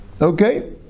Okay